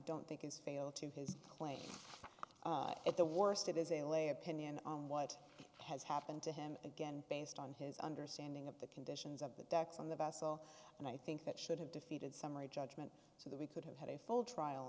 don't think it's failed to his claim at the worst it is a lay opinion on what has happened to him again based on his understanding of the conditions of the decks on the vessel and i think that should have defeated summary judgment so that we could have had a full trial